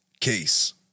case